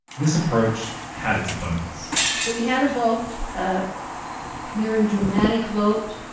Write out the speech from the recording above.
this approach had its opponents so we had a vote. a very dramatic vote,